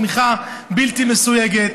תמיכה בלתי מסויגת,